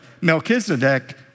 Melchizedek